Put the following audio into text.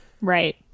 Right